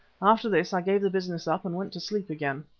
after this i gave the business up and went to sleep again.